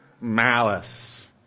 Malice